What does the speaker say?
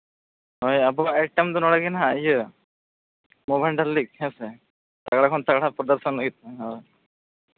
ᱦᱳᱭ ᱟᱵᱚᱣᱟᱜ ᱱᱚᱰᱮ ᱜᱮ ᱦᱟᱸᱜ ᱤᱭᱟᱹ ᱱᱳᱵᱷᱟᱱᱰᱟᱨ ᱞᱤᱜᱽ ᱦᱮᱸ ᱥᱮ ᱦᱩᱭᱩᱜ ᱦᱳᱭ